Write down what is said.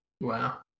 Wow